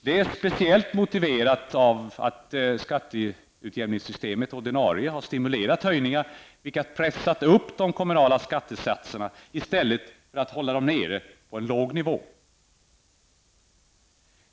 Det är speciellt motiverat av att det ordinarie skatteutjämningssystemet har stimulerat höjningar, något som pressat upp de kommunala skattesatserna i stället för att hålla dem nere på en låg nivå.